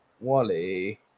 wally